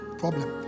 problem